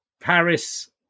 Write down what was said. Paris